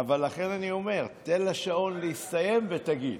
לכן אני אומר, תן לשעון להסתיים ותגיד.